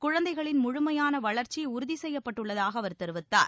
குழந்தைகளின் முழுமையான வளர்ச்சி உறுதி செய்யப்பட்டுள்ளதாக அவர் தெரிவித்தார்